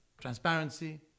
transparency